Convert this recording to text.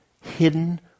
hidden